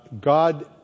God